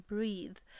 Breathe